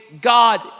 God